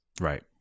Right